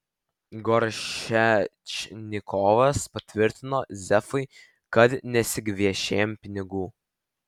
goršečnikovas patvirtino zefui kad nesigviešėm pinigų